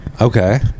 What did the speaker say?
Okay